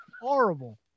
Horrible